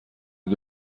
این